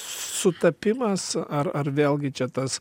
sutapimas ar ar vėlgi čia tas